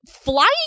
Flying